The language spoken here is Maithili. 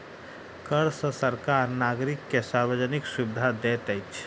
कर सॅ सरकार नागरिक के सार्वजानिक सुविधा दैत अछि